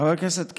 חבר הכנסת קלנר,